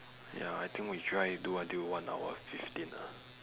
ya I think we try do until one hour fifteen ah